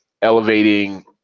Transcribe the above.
elevating